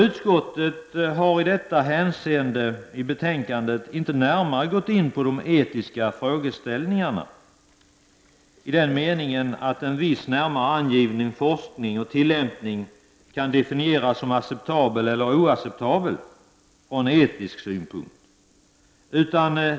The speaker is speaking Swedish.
Utskottet har i sitt betänkande inte närmare gått in på de etiska frågeställningarna i detta hänseende, i den meningen att en viss närmare angiven forskning och tillämpning kan definieras som acceptabel eller oacceptabel från etiska utgångspunkter.